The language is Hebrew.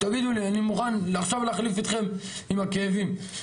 תגידו לי, אני מוכן עכשיו להחליף איתכם עם הכאבים.